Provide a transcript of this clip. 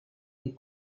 des